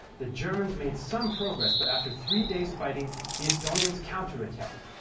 the germans made some progress but after three days' fighting the estonians counterattacked.